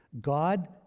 God